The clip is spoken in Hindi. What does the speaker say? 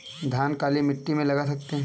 धान काली मिट्टी में लगा सकते हैं?